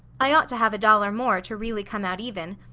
i ought to have a dollar more, to really come out even.